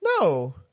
No